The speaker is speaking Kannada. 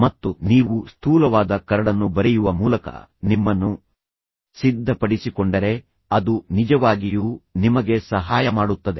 ಮತ್ತು ನೀವು ಸ್ಥೂಲವಾದ ಕರಡನ್ನು ಬರೆಯುವ ಮೂಲಕ ನಿಮ್ಮನ್ನು ಸಿದ್ಧಪಡಿಸಿಕೊಂಡರೆ ಅದು ನಿಜವಾಗಿಯೂ ನಿಮಗೆ ಸಹಾಯ ಮಾಡುತ್ತದೆ